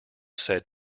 said